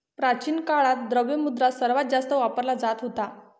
प्राचीन काळात, द्रव्य मुद्रा सर्वात जास्त वापरला जात होता